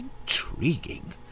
intriguing